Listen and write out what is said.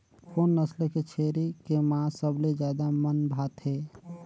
कोन नस्ल के छेरी के मांस सबले ज्यादा मन भाथे?